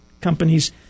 companies